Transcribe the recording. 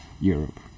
Europe